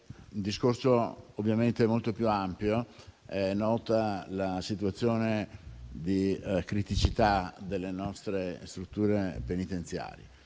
Il discorso, ovviamente è molto più ampio, essendo nota la situazione di criticità delle nostre strutture penitenziarie.